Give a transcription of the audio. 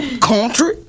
country